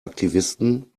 aktivisten